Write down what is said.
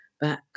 back